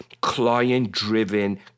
client-driven